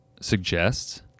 suggests